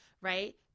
right